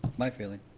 my feeling.